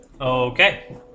Okay